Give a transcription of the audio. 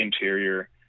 interior